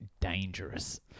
dangerous